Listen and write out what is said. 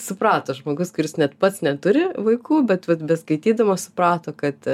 suprato žmogus kuris net pats neturi vaikų bet vat beskaitydamas suprato kad